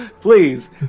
Please